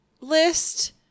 list